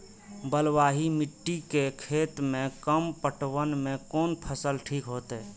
बलवाही मिट्टी के खेत में कम पटवन में कोन फसल ठीक होते?